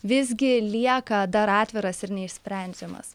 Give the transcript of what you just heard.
visgi lieka dar atviras ir neišsprendžiamas